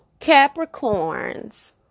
Capricorns